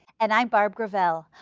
and i'm barb gravel.